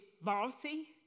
bossy